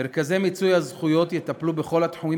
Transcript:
מרכזי מיצוי הזכויות יטפלו בכל התחומים